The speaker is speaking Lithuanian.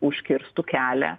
užkirstų kelią